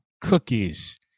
cookies